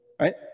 right